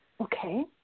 Okay